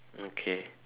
okay